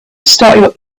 start